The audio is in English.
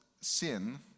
sin